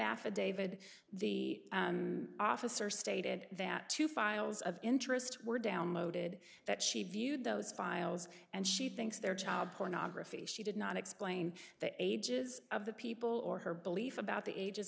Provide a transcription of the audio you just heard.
affidavit the officer stated that two files of interest were downloaded that she viewed those files and she thinks they're child pornography she did not explain that ages of the people or her belief about the ages